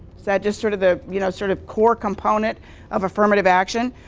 that just sort of the you know sort of core component of affirmative action?